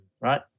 Right